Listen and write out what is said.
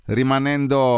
rimanendo